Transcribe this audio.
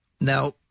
now